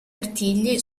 artigli